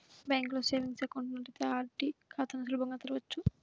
బ్యాంకులో savings account ఉన్నట్లయితే RD ఖాతాని సులభంగా తెరవచ్చు